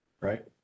right